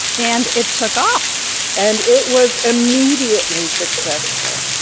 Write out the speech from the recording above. and it took off and it was immediately successful.